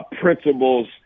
principles